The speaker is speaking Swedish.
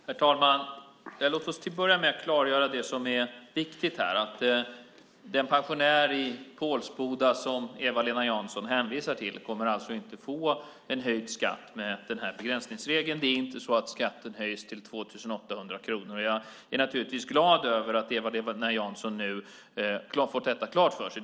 Herr talman! Låt oss börja med att klargöra det som är viktigt här: Den pensionär i Pålsboda som Eva-Lena Jansson hänvisar till kommer alltså inte att få en höjd skatt med denna begränsningsregel. Skatten höjs inte till 2 800 kronor, och jag är naturligtvis glad över att Eva-Lena Jansson nu har fått detta klart för sig.